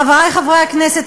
חברי חברי הכנסת,